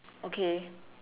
okay